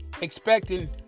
expecting